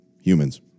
humans